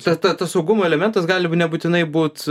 ta ta tas saugumo elementas gali nebūtinai būt